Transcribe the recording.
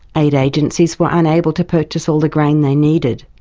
aid agencies were unable to purchase all the grain they needed.